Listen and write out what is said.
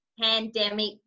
pandemic